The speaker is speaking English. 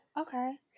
Okay